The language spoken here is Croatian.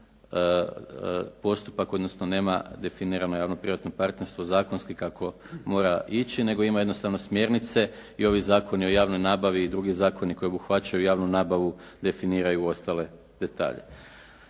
postupak, odnosno nema definirano javno-privatno partnerstvo zakonski kako mora ići nego ima jednostavno smjernice i ovi zakoni o javnoj nabavi i drugi zakoni koji obuhvaćaju javnu nabavu definiraju ostale detalje.